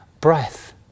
breath